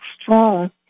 strong